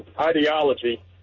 ideology